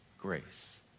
grace